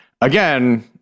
again